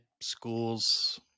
schools